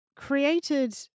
Created